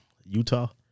Utah